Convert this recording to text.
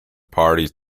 parties